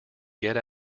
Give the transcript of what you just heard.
get